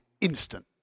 instant